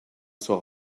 sera